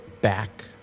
back